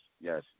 yes